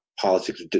politics